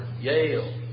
Yale